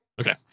okay